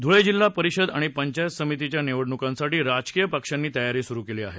धुळे जिल्हा परिषद आणि पंचायत समितीच्या निवडणुकांसाठी राजकीय पक्षांनी तयारी सुरु केली आहे